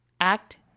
act